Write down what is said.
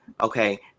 okay